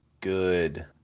good